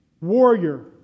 warrior